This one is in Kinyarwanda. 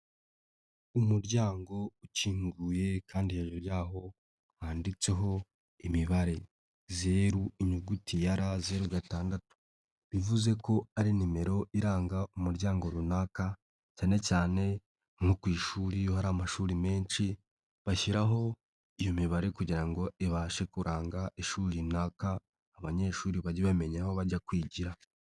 Umuryango ukinguye kandi hejuru y'aho wanditseho imibare, zeru, inyuguti ya R, zeru, gatandatu, bivuze ko ari nimero iranga umuryango runaka cyane cyane nko ku ishuri iyo hari amashuri menshi bashyiraho iyo mibare kugira ngo ibashe kuranga ishuri runaka abanyeshuri bajye bamenya aho bajya kwigira.